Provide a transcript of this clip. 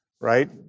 right